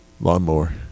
lawnmower